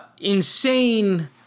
insane